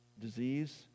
disease